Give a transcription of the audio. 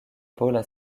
paula